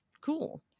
Cool